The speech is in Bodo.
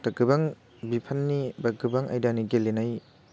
दा गोबां बिफाननि बा गोबां आयदानि गेलेनाय